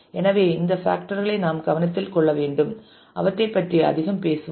எனவே இந்த பேக்டர்களை நாம் கவனத்தில் கொள்ள வேண்டும் அவற்றைப் பற்றி அதிகம் பேசுவோம்